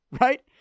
Right